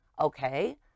Okay